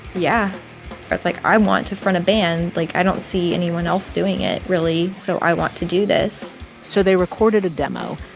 yeah. i was like, i want to front a band. like, i don't see anyone else doing it really, so i want to do this so they recorded a demo,